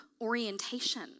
orientation